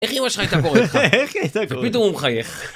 איך אימא שלך הייתה קוראת לך? איך היא הייתה קוראת? פתאום הוא מחייך.